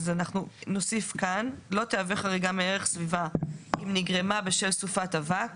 אז אנחנו נוסיף כאן "לא תהווה חריגה מערך סביבה אם נגרמה בשל סופת אבק